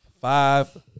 Five